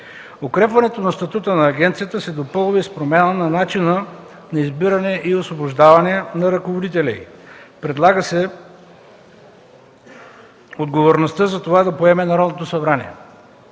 Укрепването на статута на агенцията се допълва и с промяна на начина на избиране и освобождаване на ръководителя й. Предлага се отговорността за това да поеме Народното събрание.